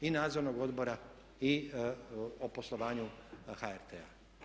I nadzornog odbora i o poslovanju HRT-a.